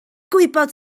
gwybod